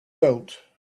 belt